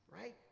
right